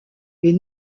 est